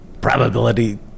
probability